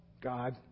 God